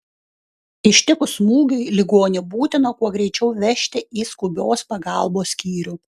ištikus smūgiui ligonį būtina kuo greičiau vežti į skubios pagalbos skyrių